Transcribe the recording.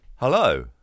Hello